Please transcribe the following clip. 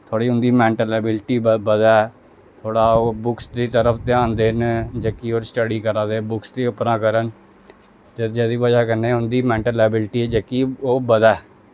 थोह्ड़ी उं'दी mental ability बधै थोह्ड़ा ओह् बुक्स दी तरफ ध्यान देन जेह्की ओह् स्टडी करा दे बुक्स दे उप्परा करन ते जेह्दी बजह् कन्नै उंदी मैंटल एविलिटी जेह्की ओह् बधै